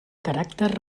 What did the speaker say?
caràcter